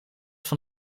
van